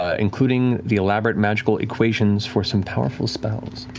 ah including the elaborate magical equations for some powerful spells.